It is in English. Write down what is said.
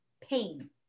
pain